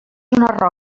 una